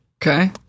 Okay